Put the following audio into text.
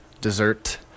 dessert